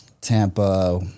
Tampa